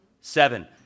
Seven